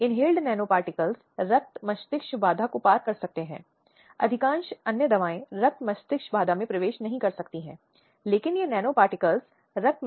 महिलाओंने और महिलाओं के राष्ट्रीय आयोग ने महिलाओं के अधिकारों और कारणों की सुरक्षा के लिए वास्तव में एक प्रमुख भूमिका निभाई है